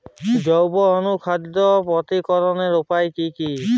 জৈব অনুখাদ্য প্রস্তুতিকরনের উপায় কী কী?